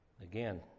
Again